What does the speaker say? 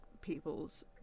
people's